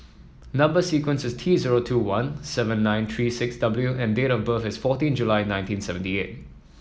number sequence is T zero two one seven nine three six W and date of birth is fourteen July nineteen seventy eight